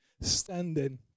standing